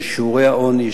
של שיעורי העוני,